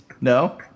no